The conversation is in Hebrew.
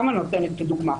סתם אני מביאה כדוגמה,